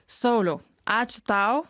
sauliau ačiū tau